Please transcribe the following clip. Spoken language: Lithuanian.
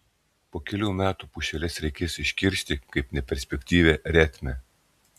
po kelių metų pušeles reikės iškirsti kaip neperspektyvią retmę